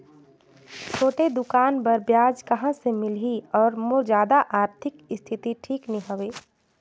छोटे दुकान बर ब्याज कहा से मिल ही और मोर जादा आरथिक स्थिति ठीक नी हवे?